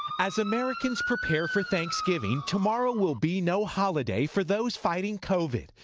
as americans prepare for thanksgiving, tomorrow will be no holiday for those fighting covid.